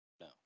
No